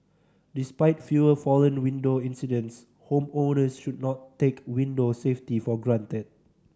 despite fewer fallen window incidents homeowners should not take window safety for granted